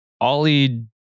Ollie